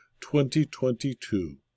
2022